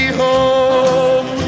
home